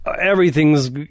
everything's